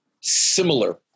similar